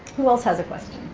who else has a question?